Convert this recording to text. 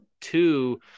two